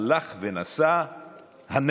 הלך ונסע הנגבה.